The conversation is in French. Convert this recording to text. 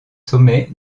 sommets